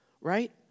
right